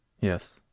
Yes